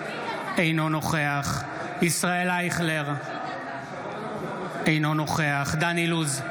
אינו נוכח ישראל אייכלר, אינו נוכח דן אילוז,